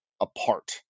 apart